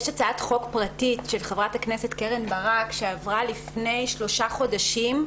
יש הצעת חוק פרטית של חבר הכנסת קרן ברק שעברה לפני שלושה חודשים.